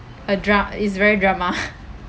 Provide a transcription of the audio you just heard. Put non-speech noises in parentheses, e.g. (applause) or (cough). a dra~ is very drama (laughs)